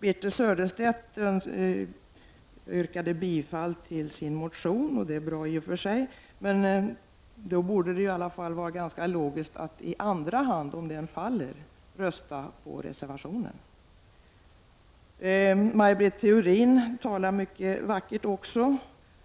Birthe Sörestedt yrkade bifall till sin motion, och det är bra i och för sig, men då borde det i alla fall vara ganska logiskt att i andra hand, om den faller, rösta på reservationen. Maj Britt Theorin talar också mycket vackert